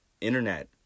internet